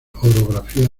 orografía